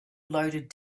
loaded